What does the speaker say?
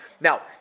Now